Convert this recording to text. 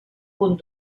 punt